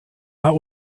not